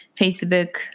facebook